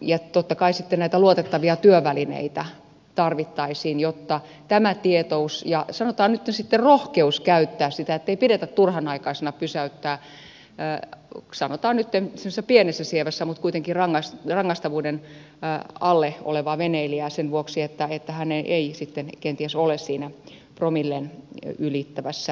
ja totta kai sitten näitä luotettavia työvälineitä tarvittaisiin jotta on tämä tietous ja sanotaan nyt sitten rohkeus käyttää sitä ettei pidetä turhanaikaisena pysäyttää sanotaan nyt semmoisessa pienessä sievässä mutta kuitenkin rangaistavuuden alle olevaa veneilijää sen vuoksi että hän ei sitten kenties ole siinä promillen ylittävässä humalatilassa